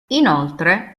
inoltre